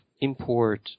import